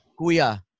kuya